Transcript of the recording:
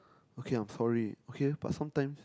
okay I'm sorry okay but sometime